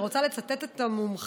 אני רוצה לצטט את המומחה,